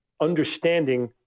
understanding